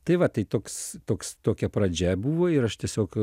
tai va tai toks toks tokia pradžia buvo ir aš tiesiog